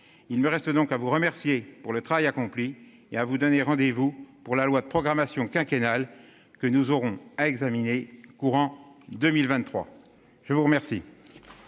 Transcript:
Il me reste donc à vous remercier pour le travail accompli et à vous donner. Rendez-vous pour la loi de programmation quinquennale que nous aurons à examiner courant 2023. Je vous remercie.